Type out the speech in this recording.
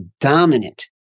dominant